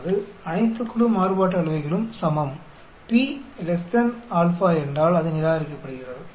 அதாவது அனைத்து குழு மாறுபாட்டு அளவைகளும் சமம் p ஆல்பா என்றால் அது நிராகரிக்கப்படுகிறது